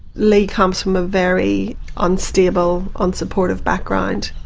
lee comes from a very unstable, unsupportive background,